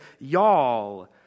y'all